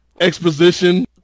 exposition